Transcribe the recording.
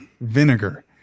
vinegar